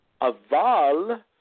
aval